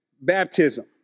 baptism